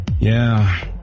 Yeah